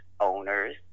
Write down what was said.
owner's